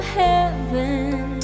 heaven